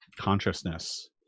consciousness